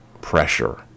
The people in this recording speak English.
pressure